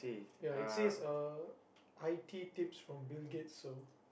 ya it says uh i_t tips from Bill-Gates so